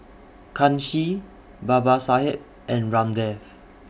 Kanshi Babasaheb and Ramdev